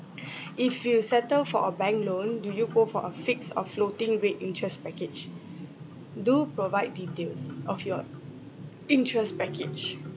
if you settle for a bank loan do you go for a fixed or floating rate interest package do provide details of your interest package